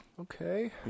okay